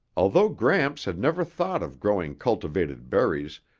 although gramps had never thought of growing cultivated berries,